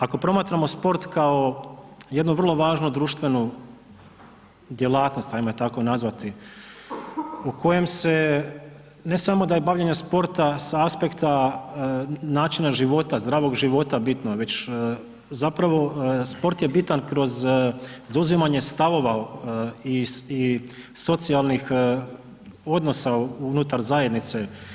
Ako promatramo sport kao jednu vrlo važnu društvenu djelatnost hajmo ju tako nazvati u kojem se ne samo da je bavljenje sportom sa aspekta načina života zdravog života bitno već zapravo sport je bitan kroz zauzimanje stavova i socijalnih odnosa unutar zajednice.